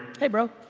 hey bro.